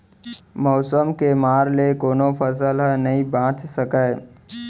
मउसम के मार ले कोनो फसल ह नइ बाच सकय